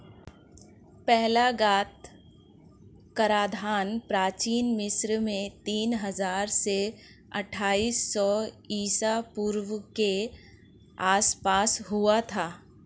पहला ज्ञात कराधान प्राचीन मिस्र में तीन हजार से अट्ठाईस सौ ईसा पूर्व के आसपास हुआ था